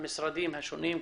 המשרדים השונים,